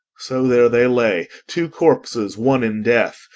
so there they lay two corpses, one in death.